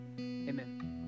amen